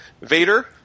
Vader